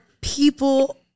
people